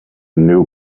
new